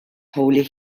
holly